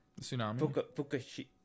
tsunami